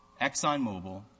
ExxonMobil